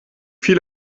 viel